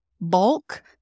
bulk